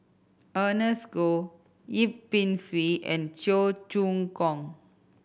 Ernest Goh Yip Pin Xiu and Cheong Choong Kong